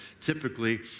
typically